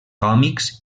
còmics